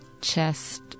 chest